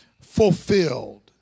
fulfilled